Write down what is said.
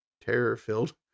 terror-filled